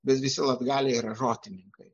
bet visi latgaliai yra rotininkai